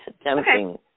attempting